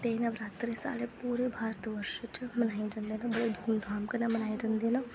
ते नवरात्रे साढ़े पूरे भारत बर्ष च मनए जंदे न बड़ी धूमधान कन्नै मनाए जंदे न